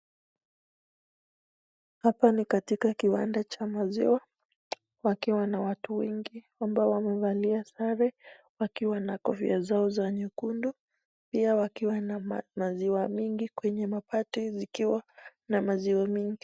Hapa ni katika kiwanda cha maziwa wakiwa na watu wengi ambao wamevalia sare wakiwa na kofia zao za nyekundu pia wakiwa na maziwa mingi kwenye mabati zikiwa na maziwa mingi.